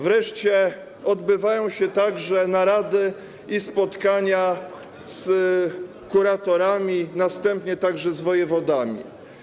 Wreszcie odbywają się także narady i spotkania z kuratorami, następnie także z wojewodami.